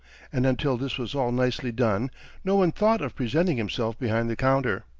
and until this was all nicely done no one thought of presenting himself behind the counter.